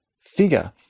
figure